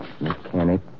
Mechanic